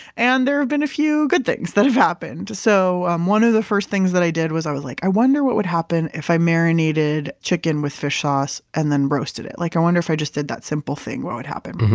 and there have been a few good things that have happened. so um one of the first things that i did was i was like, i wonder what would happen if i marinated chicken with fish sauce and then roasted it. like i wonder if i just did that simple thing, what would happen?